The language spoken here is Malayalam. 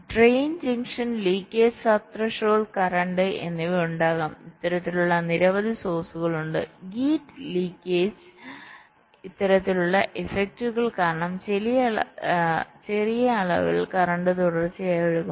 drain junction leakage sub threshold current leakage sub threshold current എന്നിവ ഉണ്ടാകാം അത്തരത്തിലുള്ള നിരവധി സോഴ്സ്കൾ ഉണ്ട് ഗേറ്റ് ലീക്കേജ് ഇത്തരത്തിലുള്ള ഇഫക്റ്റുകൾ കാരണം ചെറിയ അളവിൽ കറന്റ് തുടർച്ചയായി ഒഴുകും